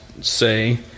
Say